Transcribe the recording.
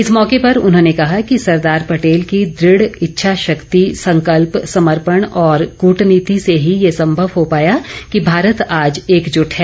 इस मौके पर उन्होंने कहा कि सरदार पटेल की दृढ़ इच्छा शक्ति संकल्प समर्पण और कूटनीति से ही ये संभव हो पाया कि भारत आज एकजुट है